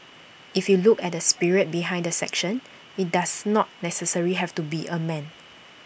if you look at the spirit behind the section IT does not necessarily have to be A man